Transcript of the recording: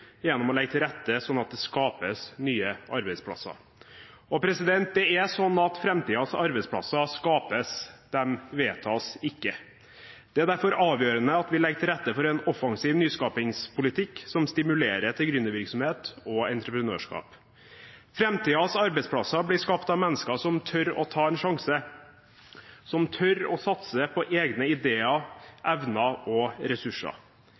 gjennom å legge til rette for at det skapes nye arbeidsplasser. Framtidens arbeidsplasser skapes, de vedtas ikke. Det er derfor avgjørende at vi legger til rette for en offensiv nyskapingspolitikk som stimulerer til gründervirksomhet og entreprenørskap. Framtidens arbeidsplasser blir skapt av mennesker som tør å ta en sjanse, som tør å satse på egne ideer, evner og ressurser.